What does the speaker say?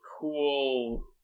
cool